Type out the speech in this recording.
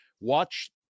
Watch